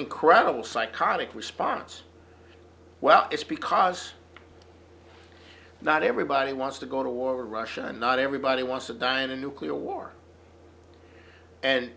incredible psychotic response well it's because not everybody wants to go to war with russia and not everybody wants to die in a nuclear war and